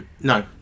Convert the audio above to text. No